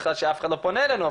בכלל שאף אחד לא פונה אלינו,